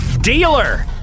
Dealer